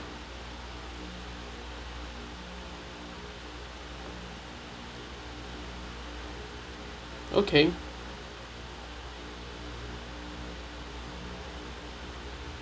okay